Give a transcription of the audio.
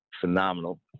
phenomenal